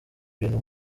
ibintu